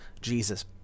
Jesus